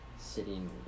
sitting